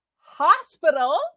hospital